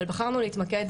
אבל בחרנו להתמקד,